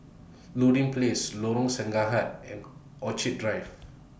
Place Lorong and Orchid Drive